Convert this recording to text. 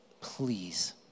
Please